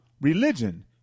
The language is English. religion